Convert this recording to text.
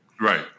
Right